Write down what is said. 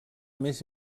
més